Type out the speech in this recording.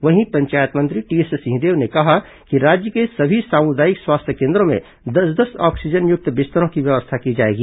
वहीं पंचायत मंत्री टीएस सिंहदेव ने कहा कि राज्य के सभी सामुदायिक स्वास्थ्य केन्द्रों में दस दस ऑक्सीजनयुक्त बिस्तरों की व्यवस्था की जाएगी